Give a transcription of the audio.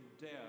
death